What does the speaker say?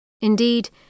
Indeed